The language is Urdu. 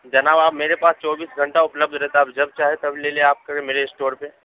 جناب آپ میرے پاس چوبیس گھنٹہ اُپلبدھ رہتا ہے آپ جب چاہے تب لے لیں آکر کے میرے اسٹور پہ